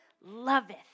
loveth